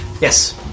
Yes